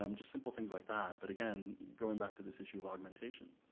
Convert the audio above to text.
um just simple things like that. but again going back to this issue of augmentation,